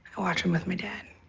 i watch them with my dad.